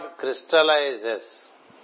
crystallizes